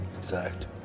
Exact